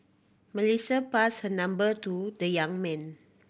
Melissa passed her number to the young man